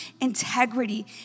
integrity